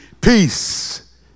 Peace